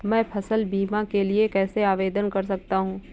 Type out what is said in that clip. मैं फसल बीमा के लिए कैसे आवेदन कर सकता हूँ?